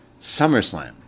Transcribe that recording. SummerSlam